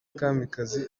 kamikazi